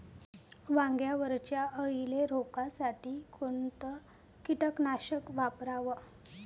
वांग्यावरच्या अळीले रोकासाठी कोनतं कीटकनाशक वापराव?